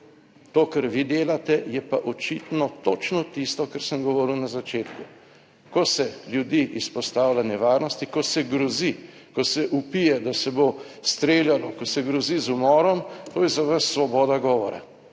To, kar vi delate, je pa očitno točno tisto, kar sem govoril na začetku. Ko se ljudi izpostavlja nevarnosti, ko se grozi, ko se vpije, da se bo streljalo, ko se grozi z umorom, to je za vas svoboda govora,